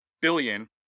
billion